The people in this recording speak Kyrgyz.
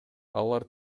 алар